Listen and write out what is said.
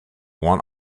one